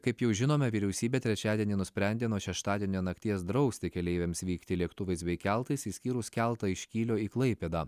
kaip jau žinome vyriausybė trečiadienį nusprendė nuo šeštadienio nakties drausti keleiviams vykti lėktuvais bei keltais išskyrus keltą iš kylio į klaipėdą